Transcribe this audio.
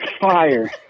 fire